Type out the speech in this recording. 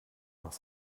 nach